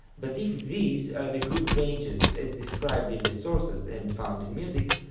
but if these are the good ranges as described in the sources and found in music,